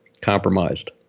compromised